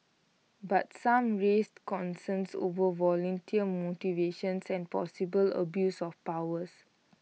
but some raised concerns over volunteer motivations and possible abuse of powers